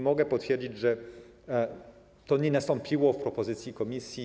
Mogę potwierdzić, że to nie nastąpiło w propozycji Komisji.